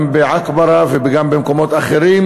וגם בעכברה וגם במקומות אחרים,